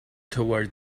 toward